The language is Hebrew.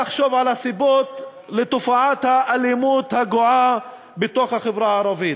לחשוב על הסיבות לתופעת האלימות הגואה בחברה הערבית.